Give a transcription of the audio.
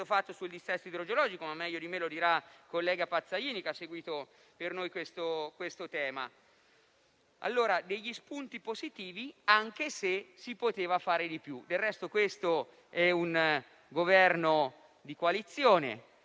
fatto sul dissesto idrogeologico, ma meglio di me lo dirà il collega Pazzaglini che ha seguito per noi questo tema. Ci sono, dunque, degli spunti positivi anche se si poteva fare di più. Del resto, questo è un Governo di coalizione.